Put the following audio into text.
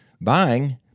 buying